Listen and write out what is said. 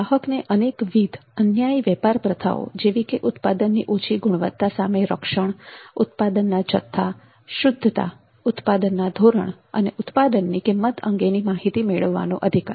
ગ્રાહકને અનેકવિધ અન્યાયી વેપાર પ્રથાઓ જેવી કે ઉત્પાદનની ઓછી ગુણવત્તા સામે રક્ષણ ઉત્પાદનના જથ્થા શુદ્ધતા ઉત્પાદનના ધોરણ અને ઉત્પાદનની કિંમત અંગેની માહિતી મેળવવાનો અધિકાર